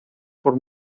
por